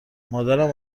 مادرم